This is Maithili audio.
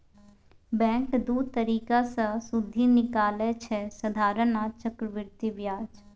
बैंक दु तरीका सँ सुदि निकालय छै साधारण आ चक्रबृद्धि ब्याज